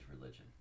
religion